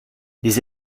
des